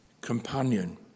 companion